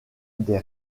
des